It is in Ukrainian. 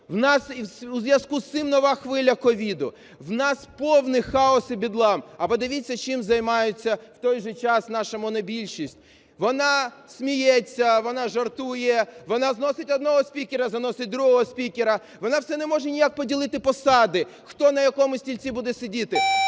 у зв'язку з цим нова хвиля COVID. В нас повний хаос і бедлам. А подивіться, чим займається в той же час наша монобільшість. Вона сміється, вона жартує, вона зносить одного спікера і заносить другого спікера, вона все не може ніяк поділити посади, хто на якому стільці буде сидіти.